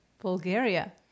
Bulgaria